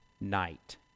night